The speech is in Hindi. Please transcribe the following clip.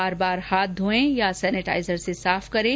बार बार हाथ धोयें या सेनेटाइजर से साफ करें